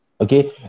Okay